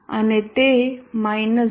અને તે 0